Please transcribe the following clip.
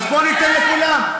אז בואי ניתן לכולם.